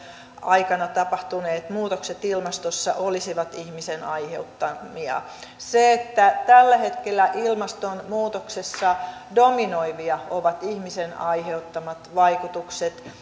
aikana tapahtuneet muutokset ilmastossa olisivat ihmisen aiheuttamia se että tällä hetkellä ilmastonmuutoksessa dominoivia ovat ihmisen aiheuttamat vaikutukset